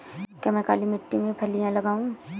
क्या मैं काली मिट्टी में फलियां लगाऊँ?